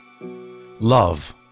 Love